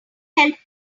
help